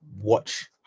watch